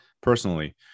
personally